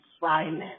silent